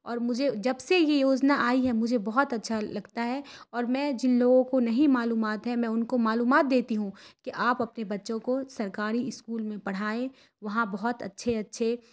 اور مجھے جب سے یہ یوجنا آئی ہے مجھے بہت اچھا لگتا ہے اور میں جن لوگوں کو نہیں معلومات ہے میں ان کو معلومات دیتی ہوں کہ آپ اپنے بچوں کو سرکاری اسکول میں پڑھائیں وہاں بہت اچھے اچھے